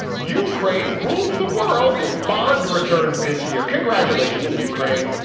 ukraine rules the world and bond returns this year congratulations ukraine.